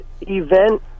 event